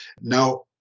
Now